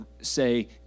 say